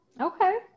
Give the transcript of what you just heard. Okay